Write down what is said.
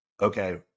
Okay